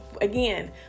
again